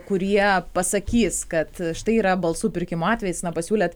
kurie pasakys kad štai yra balsų pirkimo atvejis na pasiūlėt